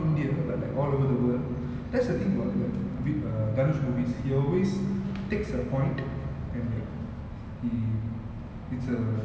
it's a he always tackles the problem and that's when you know you realise you have been touched so V_I_P two was that a necessity maybe not was it good